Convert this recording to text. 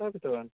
सः कृतवान्